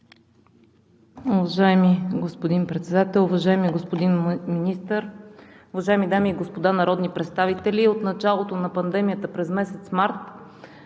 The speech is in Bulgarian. Уважаеми господин Председател, уважаеми господин Министър, уважаеми дами и господа народни представители! От началото на пандемията през месец март